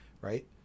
right